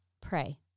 Pray